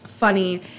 Funny